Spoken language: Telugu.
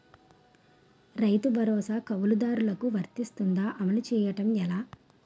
రైతు భరోసా కవులుదారులకు వర్తిస్తుందా? అమలు చేయడం ఎలా